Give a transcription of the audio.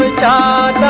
da